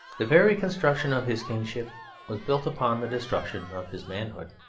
the very construction of his kingship was built upon the destruction of his manhood.